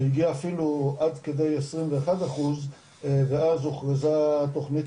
שהגיע אפילו עד כדי 21 אחוז ואז הוכרזה תוכנית